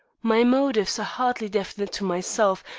my motives are hardly definite to myself,